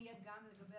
התיקון יהיה גם לגבי